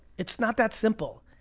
it's not that simple.